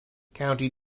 county